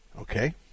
okay